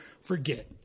forget